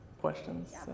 questions